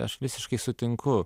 aš visiškai sutinku